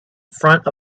front